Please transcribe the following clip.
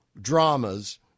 dramas